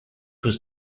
was